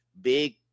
big